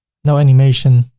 no animation.